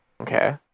Okay